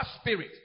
spirit